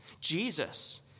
Jesus